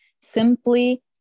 simply